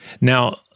Now